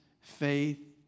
faith